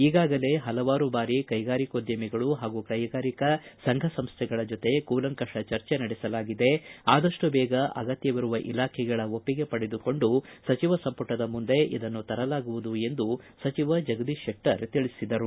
ಈಗಾಗಲೇ ಪಲವಾರು ಬಾರಿ ಕೈಗಾರಿಕೋದ್ಯಮಿಗಳು ಹಾಗೂ ಕೈಗಾರಿಕಾ ಸಂಘ ಸಂಸ್ವೆಗಳ ಜೊತೆ ಕೂಲಂಕಷ ಚರ್ಚೆ ನಡೆಸಲಾಗಿದೆ ಆದಷ್ಟು ಬೇಗ ಅಗತ್ಯವಿರುವ ಇಲಾಖೆಗಳ ಒಪ್ಪಿಗೆ ಪಡೆದುಕೊಂಡು ಸಚಿವ ಸಂಪುಟದ ಮುಂದೆ ಇದನ್ನು ತರಲಾಗುವುದು ಎಂದು ಸಚಿವ ಜಗದೀಶ್ ಶೆಟ್ಟರ್ ತಿಳಿಸಿದರು